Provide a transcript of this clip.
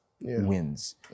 wins